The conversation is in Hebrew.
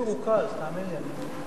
כולי מרוכז, תאמין לי.